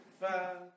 five